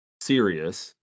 serious